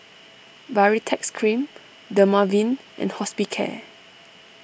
Baritex Cream Dermaveen and Hospicare